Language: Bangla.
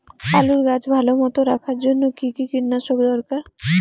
আলুর গাছ ভালো মতো রাখার জন্য কী কী কীটনাশক দরকার?